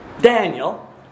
Daniel